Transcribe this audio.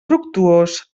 fructuós